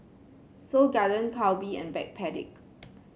Seoul Garden Calbee and Backpedic